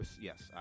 Yes